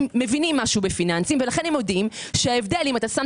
הם מבינים משהו בפיננסים ולכן הם יודעים שההבדל אם אתה שם